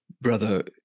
brother